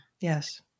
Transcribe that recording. yes